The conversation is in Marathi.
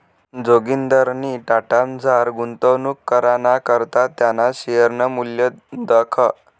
जोगिंदरनी टाटामझार गुंतवणूक कराना करता त्याना शेअरनं मूल्य दखं